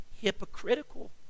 hypocritical